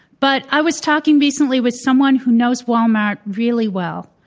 but i was talking recently with someone who knows walmart really well.